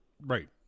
right